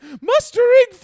Mustering